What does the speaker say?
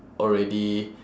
already